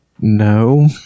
No